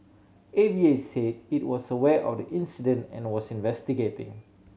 A V A said it was aware of the incident and was investigating